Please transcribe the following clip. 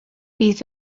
bydd